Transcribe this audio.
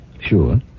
Sure